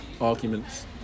arguments